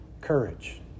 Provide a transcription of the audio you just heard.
courage